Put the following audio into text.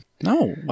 No